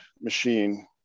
machine